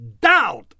doubt